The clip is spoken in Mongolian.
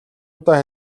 удаа